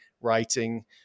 writing